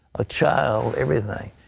a child, everything.